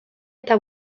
eta